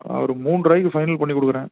ஒரு மூன்றுருவாய்க்கு ஃபைனல் பண்ணி கொடுக்கறேன்